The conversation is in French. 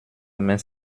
mais